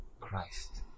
Christ